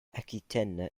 aquitaine